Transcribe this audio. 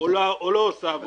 או לא עושה עבורנו.